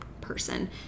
person